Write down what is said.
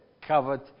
covered